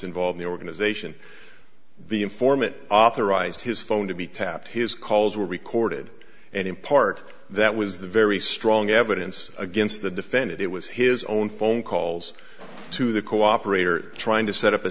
involved the organization the informant authorized his phone to be tapped his calls were recorded and in part that was the very strong evidence against the defendant it was his own phone calls to the cooperator trying to set up a